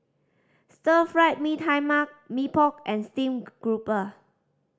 Stir Fried Mee Tai Mak Mee Pok and steamed grouper